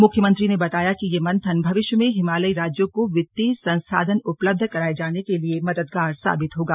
मुख्यमंत्री ने बताया कि यह मंथन भविष्य में हिमालयी राज्यों को वित्तीय संसाधन उपलब्ध कराये जाने के लिए मददगार साबित होगा